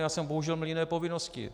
Já jsem bohužel měl jiné povinnosti.